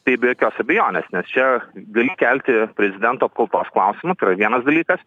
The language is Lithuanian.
tai be jokios abejonės nes čia gali kelti prezidento apkaltos klausimą tai yra vienas dalykas